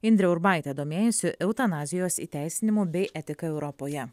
indrė urbaitė domėjosi eutanazijos įteisinimo bei etika europoje